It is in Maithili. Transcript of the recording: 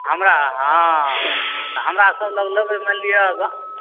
हमरा हॅं हमरा सब लग लेबै मानि लिअ